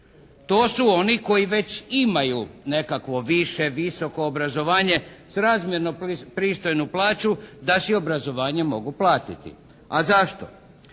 To su oni koji već imaju nekakvo više, visoko obrazovanje, srazmjerno pristojnu plaću da si obrazovanje mogu platiti. A zašto?